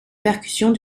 percussions